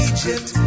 Egypt